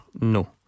No